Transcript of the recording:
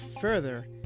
further